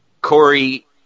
Corey